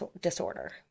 disorder